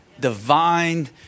Divine